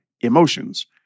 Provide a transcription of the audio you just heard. emotions